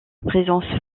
présence